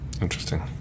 Interesting